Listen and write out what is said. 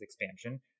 expansion